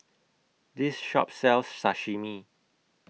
This Shop sells Sashimi